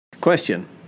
Question